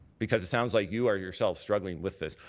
because it sounds like you are, yourself, struggling with this.